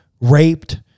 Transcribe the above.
raped